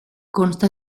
consta